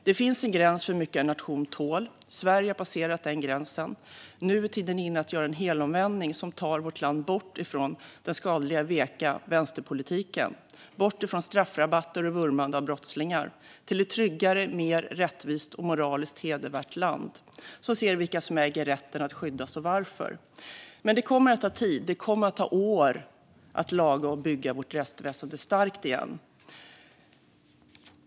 Det finns en gräns för hur mycket en nation tål. Sverige har passerat den gränsen. Nu är tiden inne att göra en helomvändning som tar vårt land bort från den skadliga, veka vänsterpolitiken. Vi ska bort från straffrabatter och vurmande för brottslingar och till ett tryggare, mer rättvist och moraliskt hedervärt land som ser vilka som äger rätten att skyddas och varför. Detta kommer dock att ta tid. Det kommer att ta år att laga och bygga vårt rättsväsen starkt igen.